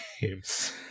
games